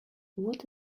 what